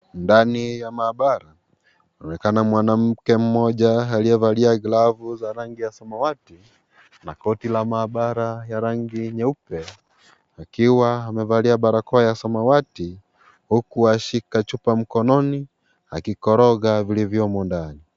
Ndani ya maabara inaonekana mwanamke mmoja aliyevalia glavu za rangi ya samawati, na koti la maabara ya rangi nyeupe, akiwa amevalia barakoa ya samawati, huku ashika chupa mkononi akikoroga vilivyomo ndani.